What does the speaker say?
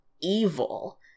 evil